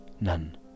none